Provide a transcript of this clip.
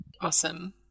Awesome